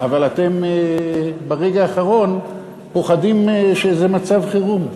אבל אתם ברגע האחרון פוחדים שזה מצב חירום.